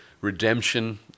redemption